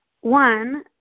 One